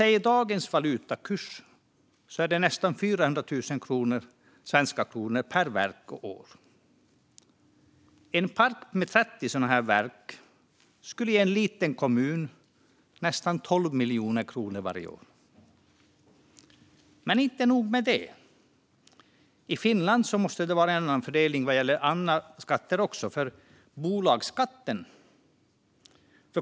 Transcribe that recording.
Med dagens valutakurs handlar det alltså om nästan 400 000 svenska kronor per verk och år. En park med 30 sådana verk skulle ge en liten kommun nästan 12 miljoner kronor varje år. Men inte nog med det. I Finland måste det vara en annan fördelning även när det gäller bolagsskatten.